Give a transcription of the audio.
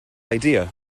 idea